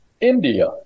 India